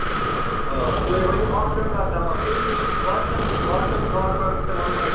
آ تُہۍ ؤنِو اَکھ نمبر دَوا تُہۍ گٔژھِو باقیَن باقیَن فارمَرَن تہِ وَنُن اَسہِ